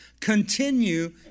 Continue